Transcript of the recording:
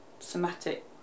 somatic